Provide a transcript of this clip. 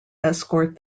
escort